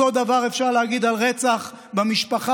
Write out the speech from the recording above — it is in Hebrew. אותו הדבר אפשר להגיד על רצח במשפחה